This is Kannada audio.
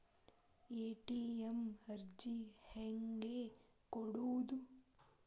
ಎ.ಟಿ.ಎಂ ಅರ್ಜಿ ಹೆಂಗೆ ಕೊಡುವುದು?